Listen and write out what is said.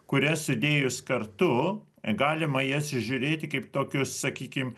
kurias sudėjus kartu galima į jas žiūrėti kaip tokius sakykim